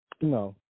No